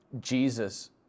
Jesus